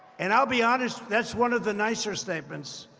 and i'll be honest that's one of the nicer statements.